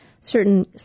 certain